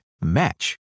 match